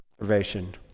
observation